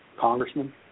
congressman